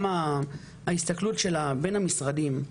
גם ההסתכלות של בין המשרדים,